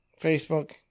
Facebook